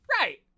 Right